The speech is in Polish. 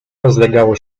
rozlegało